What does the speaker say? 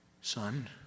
son